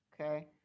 Okay